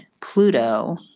Pluto